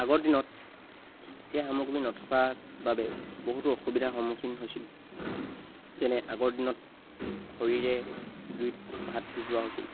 আগৰ দিনত এই সামগ্ৰী নথকাৰ বাবে বহুতো অসুবিধাৰ সন্মুখীন হৈছিলোঁ যেনে আগৰ দিনত খৰিৰে জুইত ভাত সিজোৱা হৈছিল